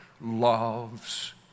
loves